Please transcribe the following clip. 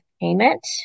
payment